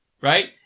Right